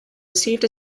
received